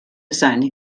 seine